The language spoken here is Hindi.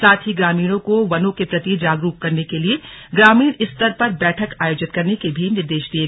साथ ही ग्रामीणों को वनों के प्रति जागरूक करने के लिए ग्रामीण स्तर पर बैठक आयोजित करने के निर्देश भी दिये